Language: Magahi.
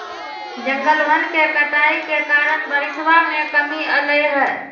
जंगलवन के कटाई के कारण बारिशवा में कमी अयलय है